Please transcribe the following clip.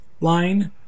Line